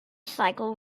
cycle